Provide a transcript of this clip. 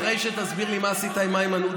אחרי שתסביר לי מה עשית עם איימן עודה,